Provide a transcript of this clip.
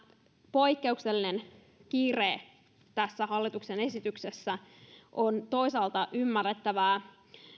poikkeuksellinen kiire tässä hallituksen esityksessä on toisaalta ymmärrettävää